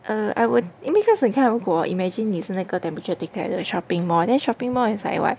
err I would because 你看如果 imagine 你是那个 temperature taker at the shopping mall then shopping mall is like what